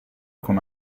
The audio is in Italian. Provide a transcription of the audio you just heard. con